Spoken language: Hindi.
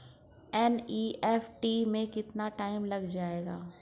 एन.ई.एफ.टी में कितना टाइम लग जाएगा?